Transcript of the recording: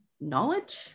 knowledge